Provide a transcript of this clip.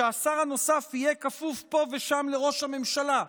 שהשר הנוסף יהיה כפוף פה ושם לראש הממשלה,